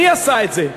מי עשה את זה?